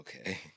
Okay